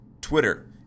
Twitter